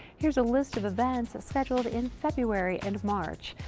here's a list of events scheduled in february and march.